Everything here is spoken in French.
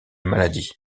maladie